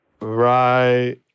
right